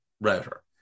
router